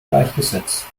gleichgesetzt